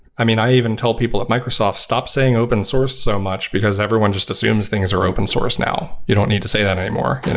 i mean, i even tell people at microsoft, stop saying open source so much, because everyone just assumes things are open source now. you don't need to say that anymore. and